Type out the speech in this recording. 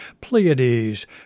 Pleiades